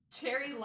cherry